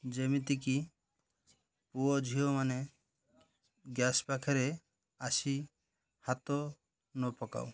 ଯେମିତିକି ପୁଅ ଝିଅମାନେ ଗ୍ୟାସ୍ ପାଖରେ ଆସି ହାତ ନ ପକାଉ